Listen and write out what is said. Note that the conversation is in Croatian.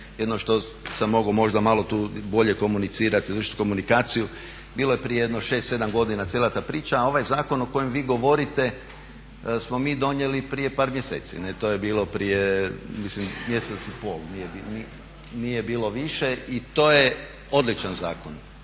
Jedino što sam mogao možda malo bolje tu komunicirati, izvršiti komunikaciju, bilo je prije jedno 6, 7 godina cijela ta priča a ovaj zakon o kojem vi govorite smo mi donijeli prije par mjeseci. To je bilo prije mislim mjesec i pol, nije bilo više i to je odličan zakon.